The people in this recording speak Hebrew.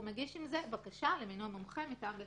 הוא מגיש עם זה בקשה למינוי מומחה מטעם בית משפט.